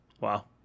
Wow